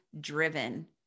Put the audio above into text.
driven